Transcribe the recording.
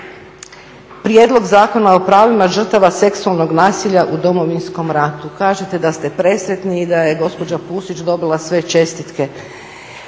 Prijedlog zakona o pravima žrtava seksualnog nasilja u Domovinskom ratu kažete da ste presretni i da je gospođa Pusić dobila sve čestitke.